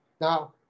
Now